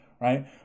right